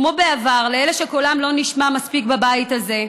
כמו בעבר, לאלה שקולם לא נשמע מספיק בבית הזה: